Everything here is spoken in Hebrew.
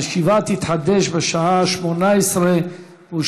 הישיבה תתחדש בשעה 18:30,